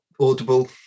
audible